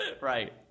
Right